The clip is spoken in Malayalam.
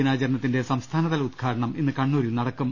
ദിനാചരണത്തിന്റെ സംസ്ഥാ നതല ഉദ്ഘാടനം ഇന്ന് കണ്ണൂരിൽ നടക്കും